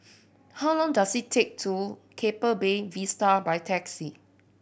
how long does it take to Keppel Bay Vista by taxi